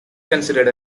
considered